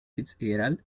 fitzgerald